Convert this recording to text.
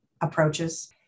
approaches